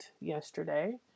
yesterday